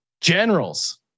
generals